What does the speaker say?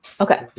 Okay